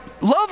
love